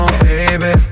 baby